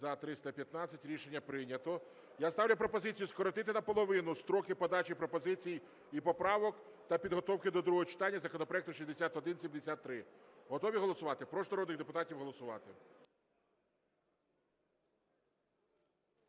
За-315 Рішення прийнято. Я ставлю пропозицію скоротити наполовину строки подачі пропозицій і поправок та підготовки до другого читання законопроекту 6173. Готові голосувати? Прошу народних депутатів голосувати.